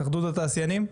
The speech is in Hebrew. התאחדות התעשיינים,